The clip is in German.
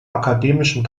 akademischen